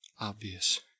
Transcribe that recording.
Obvious